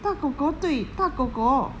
大 kor kor 对大 kor